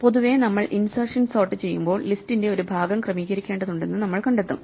പൊതുവേ നമ്മൾ insertion sort ചെയ്യുമ്പോൾ ലിസ്റ്റിന്റെ ഒരു ഭാഗം ക്രമീകരിക്കേണ്ടതുണ്ടെന്ന് നമ്മൾ കണ്ടെത്തും